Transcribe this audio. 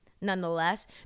nonetheless